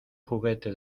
juguete